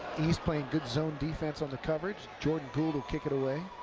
east playing good zone defense on the coverage. jordan gould will kick it away.